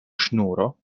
ŝnuro